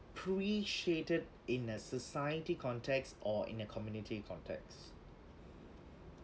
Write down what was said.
pre-shaded in a society context or in a community context